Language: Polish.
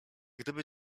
gdyby